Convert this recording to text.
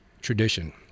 tradition—